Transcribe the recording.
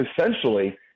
essentially